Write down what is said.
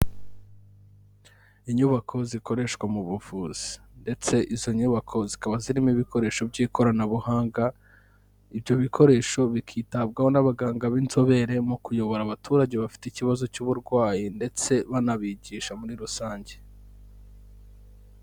Inyubako zikoreshwa mu buvuzi; ndetse izo nyubako zikaba zirimo ibikoresho by'ikoranabuhanga, ibyo bikoresho bikitabwaho n'abaganga b'inzobere mu kuyobora abaturage bafite ikibazo cy'uburwayi, ndetse banabigisha muri rusange.